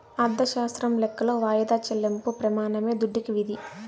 అర్ధశాస్త్రం లెక్కలో వాయిదా చెల్లింపు ప్రెమానమే దుడ్డుకి విధి